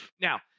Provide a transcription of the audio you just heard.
now